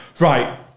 right